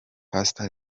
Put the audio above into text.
pastor